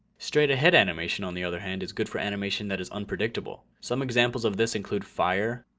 straight ahead animation on the other hand is good for animation that is unpredictable. some examples of this include fire,